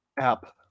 App